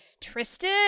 Tristan